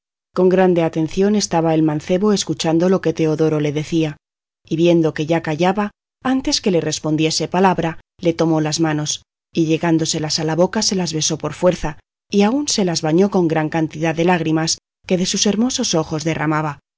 con grande atención estaba el mancebo escuchando lo que teodoro le decía y viendo que ya callaba antes que le respondiese palabra le tomó las manos y llegándoselas a la boca se las besó por fuerza y aun se las bañó con gran cantidad de lágrimas que de sus hermosos ojos derramaba